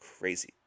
crazy